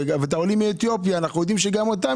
ולגבי העולים מאתיופיה אנחנו יודעים שגם איתם